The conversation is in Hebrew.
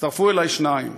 הצטרפו אלי שניים: